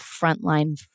frontline